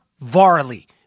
Varley